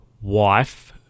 wife